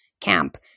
camp